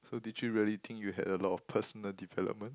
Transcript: so did you really think you had a lot of personal development